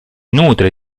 nutre